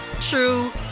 true